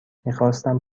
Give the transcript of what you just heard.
میخواستم